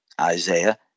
Isaiah